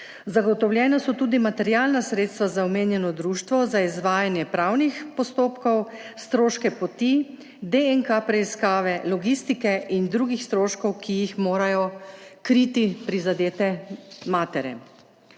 Zagotovljena so tudi materialna sredstva za omenjeno društvo za izvajanje pravnih postopkov, stroške poti, DNK preiskave, logistike in drugih stroškov, ki jih morajo kriti prizadete matere.